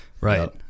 Right